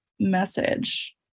Message